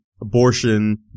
abortion